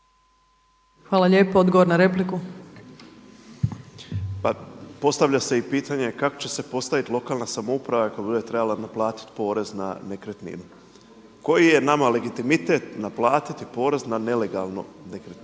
**Panenić, Tomislav (MOST)** Pa postavlja se i pitanje kako će se postaviti lokalna samouprava kada bude trebala naplatiti porez na nekretninu. Koji je nama legitimitet naplatiti porez na nelegalnu nekretninu?